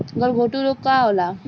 गलघोंटु रोग का होला?